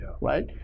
right